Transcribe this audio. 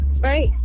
Right